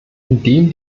indem